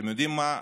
אתם יודעים מה?